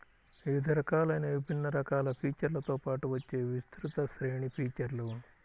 వివిధ రకాలైన విభిన్న రకాల ఫీచర్లతో పాటు వచ్చే విస్తృత శ్రేణి ఫీచర్లు